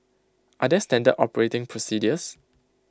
are there standard operating procedures